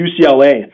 UCLA